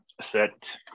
set